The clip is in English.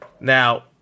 Now